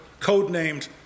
codenamed